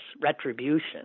retribution